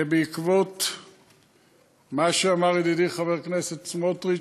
בעקבות מה שדיבר עליו ידידי חבר הכנסת סמוטריץ,